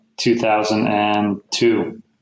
2002